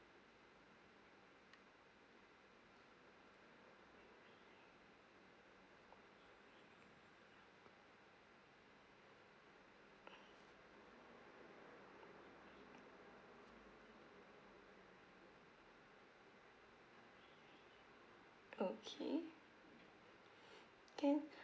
okay can